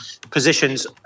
positions